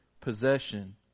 possession